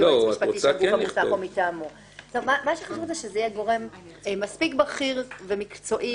חשוב שזה יהיה גורם מספיק בכיר ומקצועי.